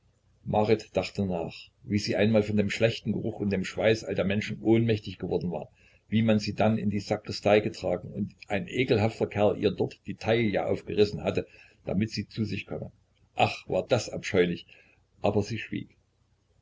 marit dachte nach wie sie einmal von dem schlechten geruch und dem schweiß all der menschen ohnmächtig geworden war wie man sie dann in die sakristei getragen und ein ekelhafter kerl ihr dort die taille aufgerissen hatte damit sie zu sich komme ach war das abscheulich aber sie schwieg